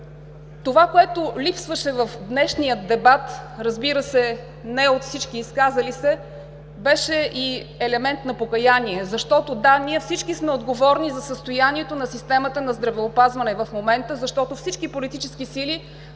Това, което липсваше в днешния дебат, разбира се, не от всички изказали се, беше и елемент на покаяние. Защото – да, ние всички сме отговорни за състоянието на системата на здравеопазване в момента, защото всички политически сили,